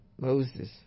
Moses